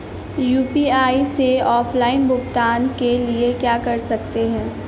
UPI से offline भुगतान के लिए क्या कर सकते हैं?